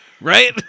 Right